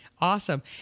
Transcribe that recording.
Awesome